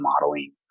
modeling